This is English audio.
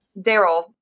Daryl